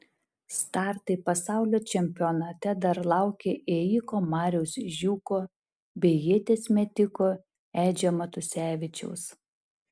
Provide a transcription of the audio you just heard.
startai pasaulio čempionate dar laukia ėjiko mariaus žiūko bei ieties metiko edžio matusevičiaus